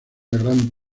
gran